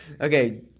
Okay